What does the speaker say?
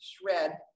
shred